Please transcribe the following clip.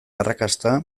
arrakasta